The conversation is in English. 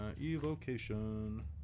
Evocation